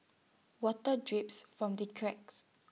water drips from the cracks